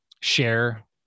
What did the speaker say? share